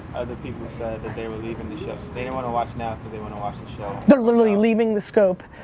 other people said that they would leave in the show. they don't wanna watch now cause they wanna watch the show they're literally leaving the scope.